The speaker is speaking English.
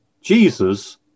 Jesus